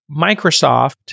Microsoft